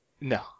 No